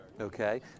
Okay